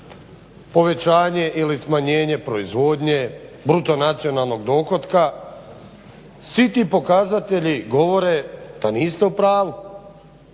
povećanje ili smanjenje proizvodnje, bruto nacionalnog dohotka, svi ti pokazatelji govore da niste u pravu.